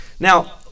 Now